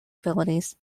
abilities